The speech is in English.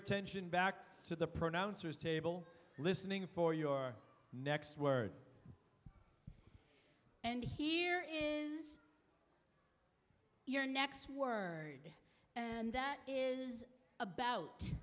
attention back to the pronouncers table listening for your next word and here is your next word and that is about